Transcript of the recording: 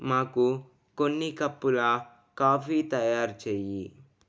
మాకు కొన్ని కప్పుల కాఫీ తయారు చేయి